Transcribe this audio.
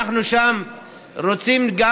ואנחנו רוצים גם